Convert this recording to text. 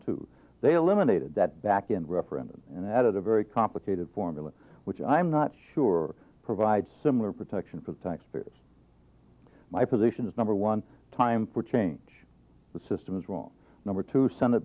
two they eliminated that back in referendum and added a very complicated formula which i'm not sure provide similar protection for thanks piers my position is number one time for change the system is wrong number two sen